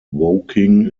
woking